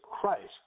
Christ